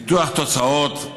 ניתוח תוצאות,